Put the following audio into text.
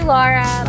Laura